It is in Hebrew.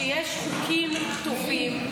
כשיש חוקים טובים,